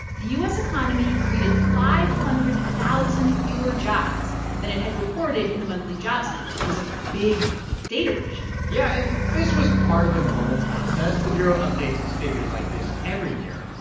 the u s. economy created five hundred thousand fewer jobs than it had reported in the monthly jobs numbers. it was a big data revision yeah, and this was part of a normal process. the bureau updates its figures like this every year,